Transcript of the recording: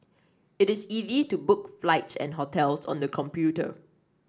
it is easy to book flights and hotels on the computer